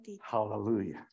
Hallelujah